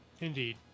indeed